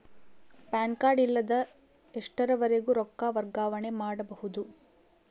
PAN card ಇಲ್ಲದ ಎಷ್ಟರವರೆಗೂ ರೊಕ್ಕ ವರ್ಗಾವಣೆ ಮಾಡಬಹುದು?